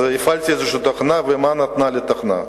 הפעלתי איזו תוכנה, ומה נתנה לי התוכנה?